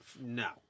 no